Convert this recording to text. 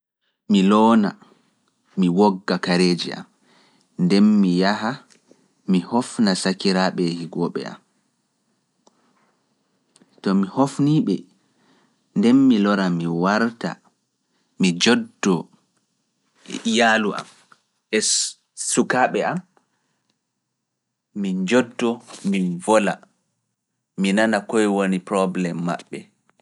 Mi loona, mi wogga kareeji am, ndeen mi yaha, mi hofna sakiraaɓe e higooɓe am. To mi hofnii ɓe, ndeen mi loora, mi warta, mi joddoo e iyaalu am e sukaaɓe am, min njoddoo, min vola, mi nana koye woni probléme maɓɓe.